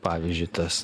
pavyzdžiui tas